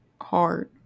hard